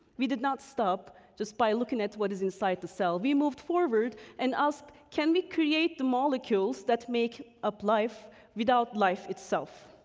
we did not stop just by looking at what is inside the cell. we moved forward and asked can we create the molecules that make up life without life itself?